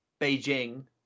beijing